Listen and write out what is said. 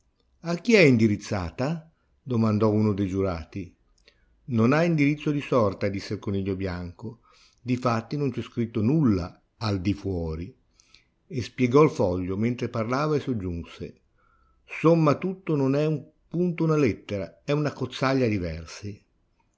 a chi è indirizzata domandò uno de giurati non ha indirizzo di sorta disse il coniglio bianco di fatti non c'è scritto nulla al di fuori e spiegò il foglio mentre parlava e soggiunse somma tutto non è punto una lettera è